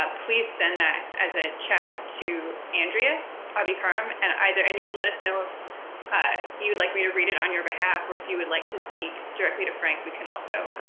ah please send that as a chat to andrea abi-karam. and either and you can let us know if you'd like me to read it on your behalf or if you would like to speak directly to frank, we can also